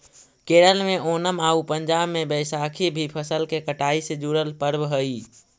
केरल में ओनम आउ पंजाब में बैसाखी भी फसल के कटाई से जुड़ल पर्व हइ